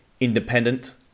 Independent